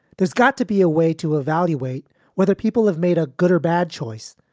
there's got to be a way to evaluate whether people have made a good or bad choice,